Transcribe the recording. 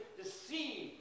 deceive